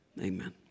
amen